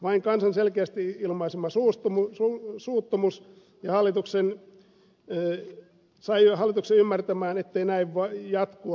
vain kansan selkeästi ilmaisema suuttumus sai hallituksen ymmärtämään ettei näin voi jatkua